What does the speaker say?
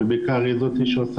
אבל היא בעיקר זו שעושה.